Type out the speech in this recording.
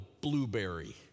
blueberry